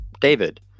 David